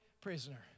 prisoner